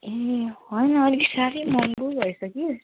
ए होइन अलिक साह्रै महँगो भएछ कि